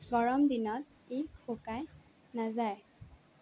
গৰম দিনত ই শুকাই নাযায়